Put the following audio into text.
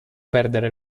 perdere